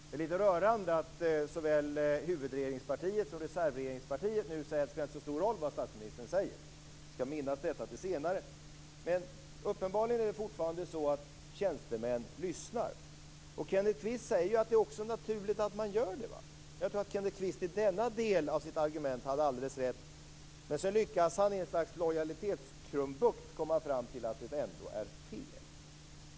Det är lite rörande att såväl huvudregeringspartiet och reservregeringspartiet nu säger att det inte spelar så stor roll vad statsministern säger. Vi ska minnas detta till senare. Men uppenbarligen är det fortfarande så att tjänstemän lyssnar. Kenneth Kvist säger också att det är naturligt att de gör det. Jag tror att Kenneth Kvist i denna del av sitt argument hade alldeles rätt. Men sedan lyckas han i ett slags lojalitetskrumbukt komma fram till att det ändå är fel.